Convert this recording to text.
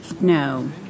no